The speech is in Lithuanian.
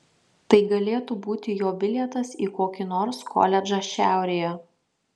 tai galėtų būti jo bilietas į kokį nors koledžą šiaurėje